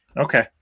Okay